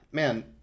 Man